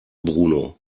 bruno